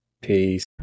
Peace